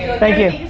thank you,